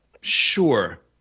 Sure